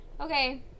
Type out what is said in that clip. Okay